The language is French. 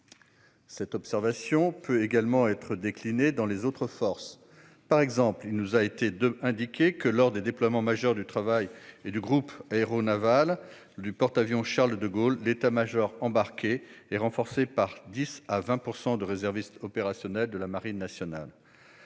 Cette observation peut également être déclinée dans les autres forces. Par exemple, il nous a été indiqué que, lors des déploiements majeurs du groupe aéronaval (GAN) du porte-avions Charles de Gaulle, l'état-major embarqué est renforcé par 10 % à 20 % de réservistes opérationnels de la marine nationale.